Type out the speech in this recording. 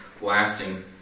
lasting